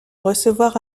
recevoir